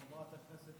תודה רבה.